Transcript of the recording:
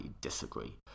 disagree